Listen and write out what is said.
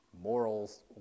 morals